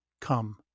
come